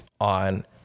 on